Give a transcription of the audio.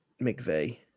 McVeigh